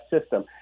system